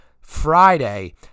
Friday